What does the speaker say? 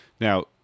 Now